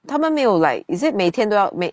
他们没有 like is it 每天都要每